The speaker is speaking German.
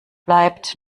bleibt